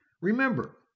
Remember